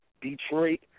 Detroit